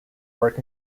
work